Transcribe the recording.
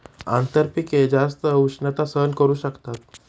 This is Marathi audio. आंतरपिके जास्त उष्णता सहन करू शकतात